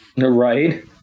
Right